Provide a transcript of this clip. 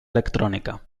electrònica